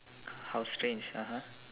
how strange (uh huh)